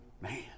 Man